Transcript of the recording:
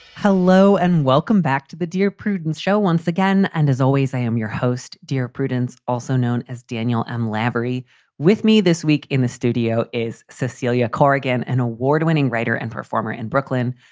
hello and welcome back to the dear prudence show once again. and as always, i am your host. dear prudence, also known as daniel and claverie. with me this week in the studio is cecilia corrigan, an award winning writer and performer in brooklyn.